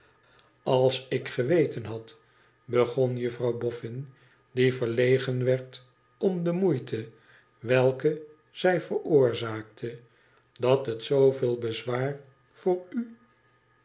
als ik geweten had begon juffrouw boffin die verlegen werd om de moeite welke zij veroorzaakte dat het zooveel bezwaar voor u